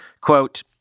Quote